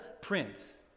prince